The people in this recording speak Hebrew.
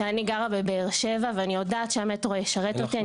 אני גרה בבאר שבע ואני יודעת שהמטרו ישרת אותי,